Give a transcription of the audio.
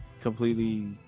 completely